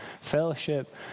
fellowship